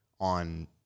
on